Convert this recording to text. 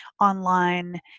online